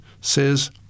says